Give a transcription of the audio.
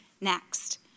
next